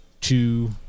two